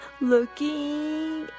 Looking